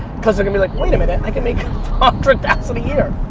cause they're gonna be like wait a minute, i can make a hundred thousand a year.